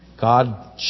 God